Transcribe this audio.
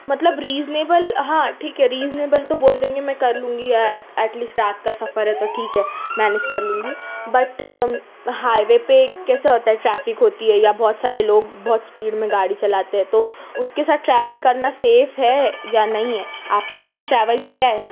مطلب ریزنیبل ہاں ٹھیک ہے ریزنیبل تو بول دیں گے میں کر لوں گی ایٹ ایٹ لیسٹ رات کا سفر ہے تو ٹھیک ہے مینج کر لوں گی بٹ ہائی وے پہ کیسا ہوتا ہے ٹریفک ہوتی ہے یا بہت سارے لوگ بہت اسپیڈ میں گاڑی چلاتے ہیں تو اس کے ساتھ ٹریول کرنا سیف ہے یا نہیں ہے آپ نے کبھی ٹریول کیا ہے